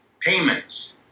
payments